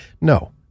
No